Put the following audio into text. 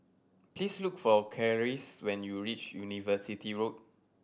please look for Clarice when you reach University Road